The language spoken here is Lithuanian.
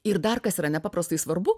ir dar kas yra nepaprastai svarbu